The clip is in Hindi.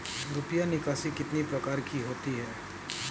रुपया निकासी कितनी प्रकार की होती है?